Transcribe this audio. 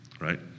right